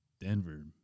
Denver